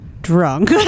drunk